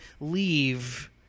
leave